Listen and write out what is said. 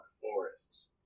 forest